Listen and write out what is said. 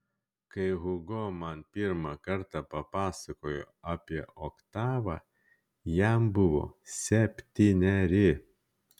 kai hugo man pirmą kartą papasakojo apie oktavą jam buvo septyneri